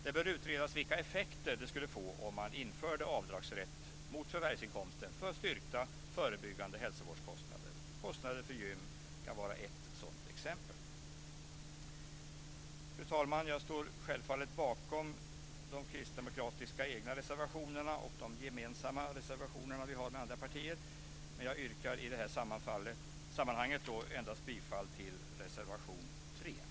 Det bör utredas vilka effekter det skulle få om man införde avdragsrätt mot förvärvsinkomsten för styrkta, förebyggande hälsovårdskostnader. Kostnader för gym kan vara ett sådant exempel. Fru talman! Jag står självfallet bakom de egna kristdemokratiska reservationerna och de reservationer vi har gemensamt med andra partier, men jag yrkar i det här sammanhanget endast bifall till reservation 3.